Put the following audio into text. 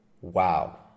Wow